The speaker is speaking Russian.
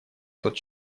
тот